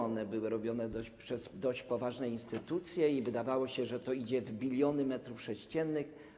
One były robione przez dość poważne instytucje i wydawało się, że to idzie w biliony metrów sześciennych.